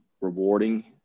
rewarding